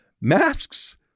Masks